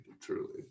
truly